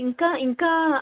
ఇంకా ఇంకా